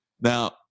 Now